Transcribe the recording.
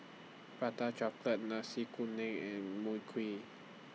Prata Chocolate Nasi Kuning and Mui Kee